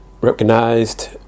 recognized